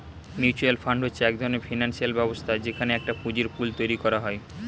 mutual fund হচ্ছে এক ধরণের ফিনান্সিয়াল ব্যবস্থা যেখানে একটা পুঁজির পুল তৈরী করা হয়